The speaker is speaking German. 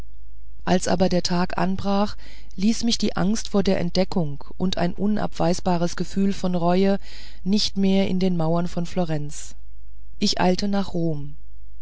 als aber der tag anbrach ließ mich die angst vor der entdeckung und ein unabweisbares gefühl von reue nicht mehr in den mauern von florenz ich eilte nach rom